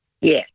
Yes